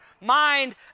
mind